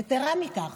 יתרה מכך,